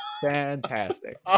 Fantastic